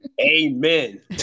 amen